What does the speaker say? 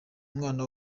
mwana